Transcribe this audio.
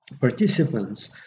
participants